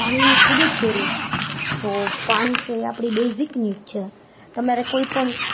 પાણીની ખૂબ જ જરૂર છે તો પાણી છે એ આપણી બેઝિક નીડ છે તમારે કોઈ પણ